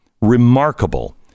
Remarkable